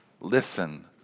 listen